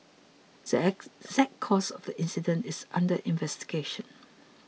the ex the exact cause of the incident is under investigation